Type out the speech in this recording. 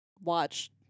watch